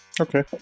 Okay